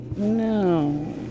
No